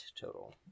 total